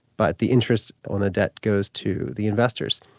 but the interest on the debt goes to the investors,